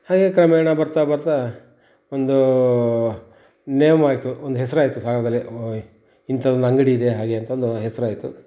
ಹಾಗೆ ಕ್ರಮೇಣ ಬರ್ತಾ ಬರ್ತಾ ಒಂದೂ ನೇಮ್ ಆಯಿತು ಒಂದು ಹೆಸ್ರು ಆಯಿತು ಸಾಗರದಲ್ಲಿ ಇಂತದೊಂದು ಅಂಗಡಿ ಇದೆ ಹಾಗೆ ಅಂತೊಂದು ಹೆಸರಾಯ್ತು